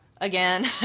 again